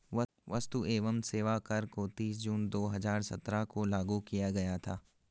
वस्तु एवं सेवा कर को तीस जून दो हजार सत्रह को लागू किया गया था